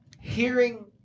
Hearing